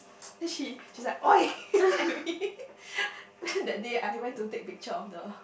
then she she's like !oi! at me then that day I went to take picture of the